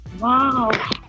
Wow